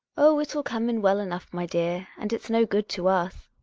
oh, it'll come in well enough, my dear. and it's no good to us.